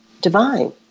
divine